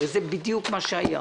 הרי זה בדיוק מה שהיה.